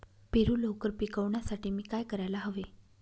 पेरू लवकर पिकवण्यासाठी मी काय करायला हवे?